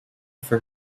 for